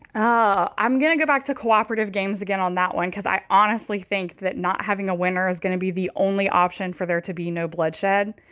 ah i'm going to go back to cooperative games again on that one, because i honestly think that not having a winner is going to be the only option for there to be no bloodshed.